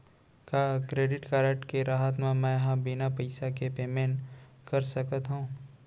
का credit card के रहत म, मैं ह बिना पइसा के पेमेंट कर सकत हो?